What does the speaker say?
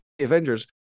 avengers